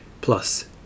plus